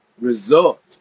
result